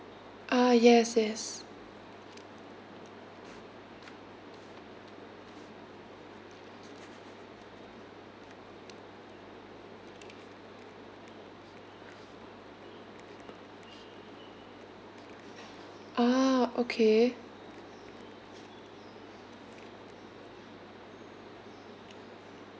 ah yes yes ah okay